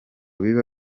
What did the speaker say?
biba